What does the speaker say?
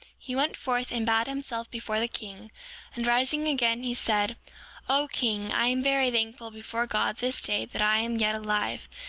he went forth and bowed himself before the king and rising again he said o king, i am very thankful before god this day that i am yet alive,